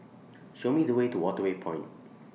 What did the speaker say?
Show Me The Way to Waterway Point